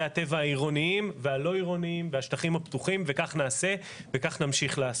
הטבע העירוניים והלא עירוניים והשטחים הפתוחים וכך נעשה וכך נמשיך לעשות.